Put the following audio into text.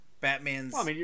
Batman's